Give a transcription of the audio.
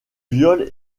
viol